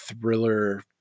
thriller